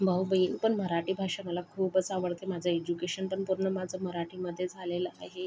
भाऊ बहीण पण मराठी भाषा मला खूपच आवडते माझं एज्युकेशन पण पूर्ण माझं मराठीमध्येच झालेलं आहे